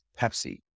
Pepsi